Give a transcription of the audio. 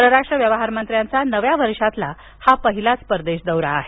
परराष्ट्र व्यवहार मंत्र्यांचा नव्या वर्षातील हा पहिलाच परदेश दौरा आहे